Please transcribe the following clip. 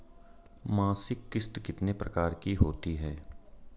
मासिक किश्त कितने प्रकार की होती है?